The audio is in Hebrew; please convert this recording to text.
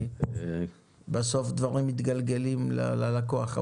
כי בסוף דברים מתגלגלים ללקוח.